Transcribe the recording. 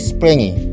Springy